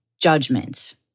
judgment